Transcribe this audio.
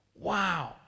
wow